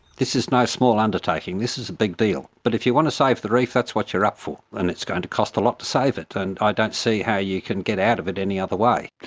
this is no small undertaking, this is a big deal, but if you want to save the reef, that's what you're up for, and it's going to cost a lot to save it. and i don't see how you can get out of it any other way.